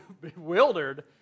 bewildered